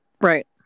Right